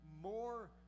more